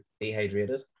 dehydrated